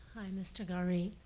mr. garih.